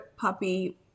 Puppy